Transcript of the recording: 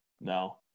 no